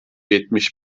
yetmiş